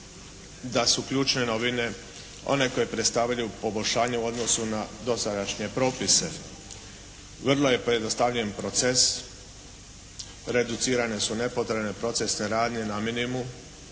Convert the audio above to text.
da su ključne novine one koje predstavljaju poboljšanje u odnosu na dosadašnje propise. Vrlo je pojednostavljen proces. Reduciranja su nepotrebna, procesne radnje na minimumu,